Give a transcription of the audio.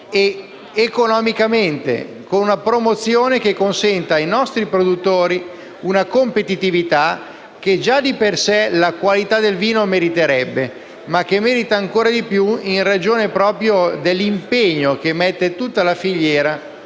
ed economicamente, con una promozione che consenta ai nostri produttori quella competitività che già di per sé la qualità del vino meriterebbe, ma che merita ancora di più in ragione dell'impegno che mette tutta la filiera